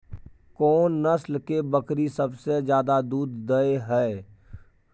कोन नस्ल के बकरी सबसे ज्यादा दूध दय हय?